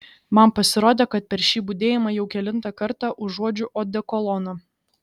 man pasirodė kad per šį budėjimą jau kelintą kartą užuodžiu odekoloną